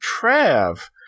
Trav